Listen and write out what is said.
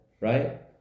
right